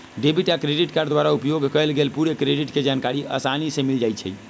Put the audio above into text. debit आ credit card द्वारा उपयोग कएल गेल पूरे क्रेडिट के जानकारी असानी से मिल जाइ छइ